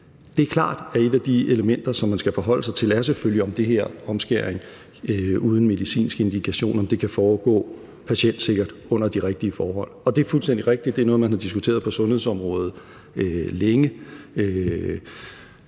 klart, at et af de elementer, som man skal forholde sig til, er, om den her omskæring uden medicinsk indikation kan foregå patientsikkert og under de rigtige forhold, og det er fuldstændig rigtigt, at det er noget, som man har diskuteret på sundhedsområdet længe